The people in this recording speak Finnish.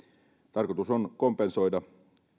tarkoitus on kompensoida